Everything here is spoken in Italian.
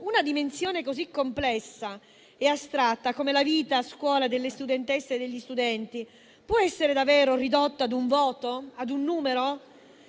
una dimensione così complessa e astratta come la vita a scuola delle studentesse e degli studenti può essere davvero ridotta ad un voto, ad un numero?